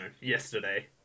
yesterday